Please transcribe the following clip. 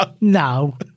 no